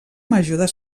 major